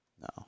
No